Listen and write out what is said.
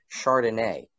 Chardonnay